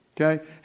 Okay